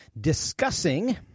discussing